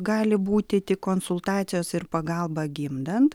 gali būti tik konsultacijos ir pagalba gimdant